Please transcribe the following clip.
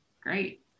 Great